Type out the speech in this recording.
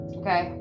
okay